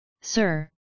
sir